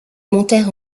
montèrent